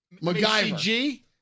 MacGyver